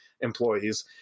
employees